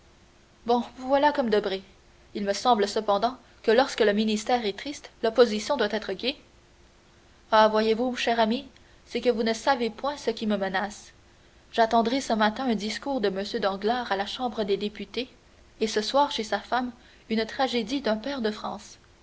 vous voilà comme debray il me semble cependant que lorsque le ministère est triste l'opposition doit être gaie ah voyez-vous cher ami c'est que vous ne savez point ce qui me menace j'entendrai ce matin un discours de m danglars à la chambre des députés et ce soir chez sa femme une tragédie d'un pair de france